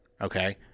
Okay